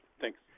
Thanks